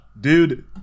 dude